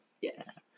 Yes